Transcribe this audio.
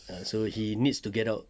err so he needs to get out